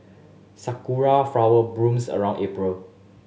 sakura flower blooms around April